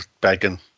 begging